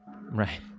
Right